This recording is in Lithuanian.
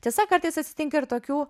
tiesa kartais atsitinka ir tokių